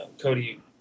Cody